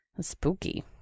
Spooky